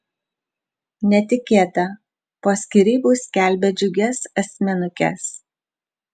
netikėta po skyrybų skelbia džiugias asmenukes